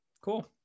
Cool